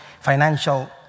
financial